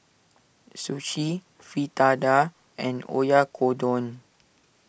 Sushi Fritada and Oyakodon